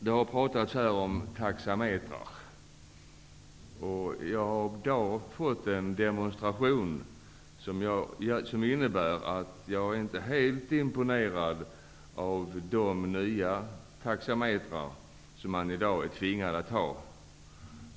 Det har talats om taxametrar. Jag har fått en demonstration som innebär att jag inte är helt imponerad av de nya taxametrarna, som man i dag är tvingad att ha.